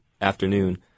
afternoon